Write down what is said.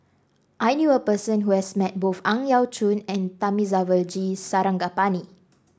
I knew a person who has met both Ang Yau Choon and Thamizhavel G Sarangapani